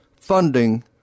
funding